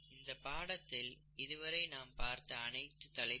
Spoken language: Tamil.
இந்த பாடத்திட்டத்தில் இதுவரை நாம் பார்த்த அனைத்து தலைப்புகளையும் ஒன்றிணைப்போம்